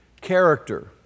character